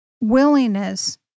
willingness